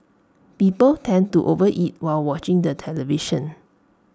people tend to overeat while watching the television